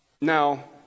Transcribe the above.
Now